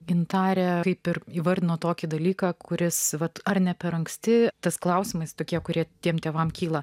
gintarė kaip ir įvardino tokį dalyką kuris vat ar ne per anksti tas klausimas tokie kurie tiems tėvams kyla